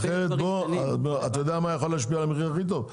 יודע מה יכול להשפיע על המחיר הכי טוב?